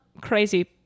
crazy